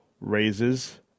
raises